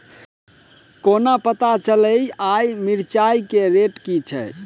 कोना पत्ता चलतै आय मिर्चाय केँ रेट की छै?